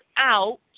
out